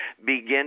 begin